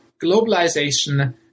globalization